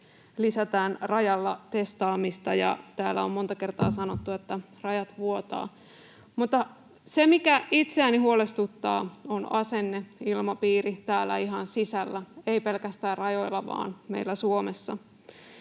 lisätään rajalla testaamista, ja täällä on monta kertaa sanottu, että rajat vuotavat. Mutta se, mikä itseäni huolestuttaa, on asenneilmapiiri täällä ihan sisällä, ei pelkästään rajoilla, vaan meillä Suomessa.